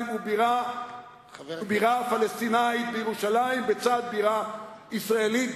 ובירה פלסטינית בירושלים לצד בירה ישראלית,